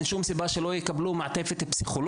וגם אין שום סיבה שהם לא יקבלו מעטפת פסיכולוגית,